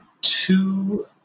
two